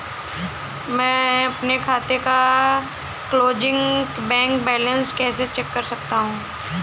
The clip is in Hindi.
मैं अपने खाते का क्लोजिंग बैंक बैलेंस कैसे चेक कर सकता हूँ?